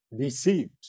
deceived